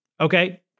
Okay